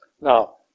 Now